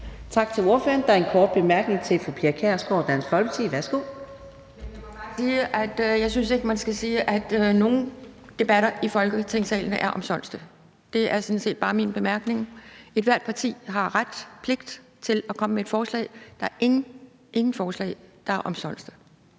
Tak til ordføreren. Der er en kort bemærkning til fru Pia Kjærsgaard, Dansk Folkeparti. Værsgo. Kl. 18:26 Pia Kjærsgaard (DF): Jeg må bare sige, at jeg ikke synes, at man skal sige, at nogen debatter i Folketingssalen er omsonst. Det er sådan set bare min bemærkning. Ethvert parti har ret og pligt til at komme med forslag. Der er ingen forslag, der er omsonst.